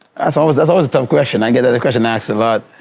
that's always that's always a tough question, i get that and question asked a lot.